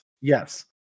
Yes